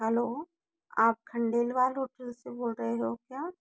hello आप Khandelwal hotel से बोल रहे हो क्या